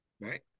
right